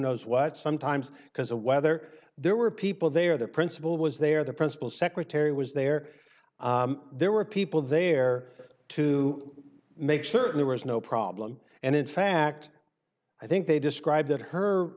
knows what sometimes because a whether there were people there the principal was there the principal secretary was there there were people there to make sure there was no problem and in fact i think they described her her